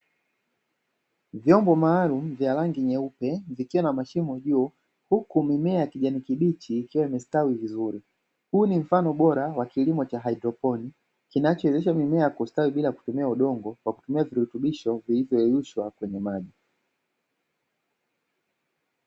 Vyombo maalumu vya rangi nyeupe vikiwa vimebeba mimea